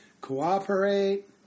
Cooperate